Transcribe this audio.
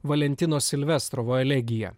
valentino silvestro elegija